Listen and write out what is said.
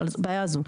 אבל הבעיה הזו.